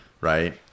Right